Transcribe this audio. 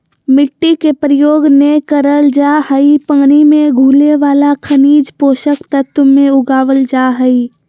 मिट्टी के प्रयोग नै करल जा हई पानी मे घुले वाला खनिज पोषक तत्व मे उगावल जा हई